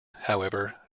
however